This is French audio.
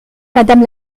madame